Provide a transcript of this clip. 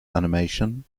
animation